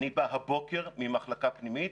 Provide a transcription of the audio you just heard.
אני בא הבוקר ממחלקה פנימית,